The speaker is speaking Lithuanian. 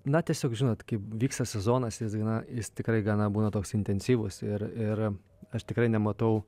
na tiesiog žinot kai vyksta sezonas jis gana jis tikrai gana būna toks intensyvus ir ir aš tikrai nematau